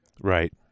Right